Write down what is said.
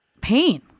pain